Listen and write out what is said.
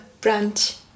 brunch